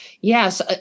yes